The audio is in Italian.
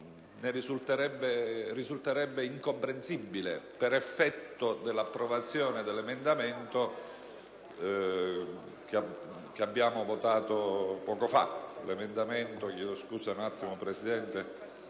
risulterebbe incomprensibile per effetto dell'approvazione dell'emendamento 4.17 (testo 2) che abbiamo votato poco fa.